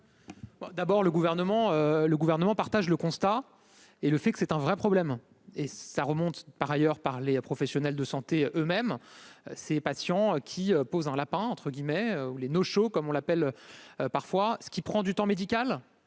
le gouvernement partage le constat et le fait que c'est un vrai problème et ça remonte par ailleurs par les professionnels de santé eux-mêmes ces patients qui pose un lapin entre guillemets ou les no show comme on l'appelle parfois ce qui prend du temps médical,